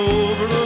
over